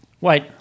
Wait